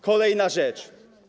Kolejna rzecz.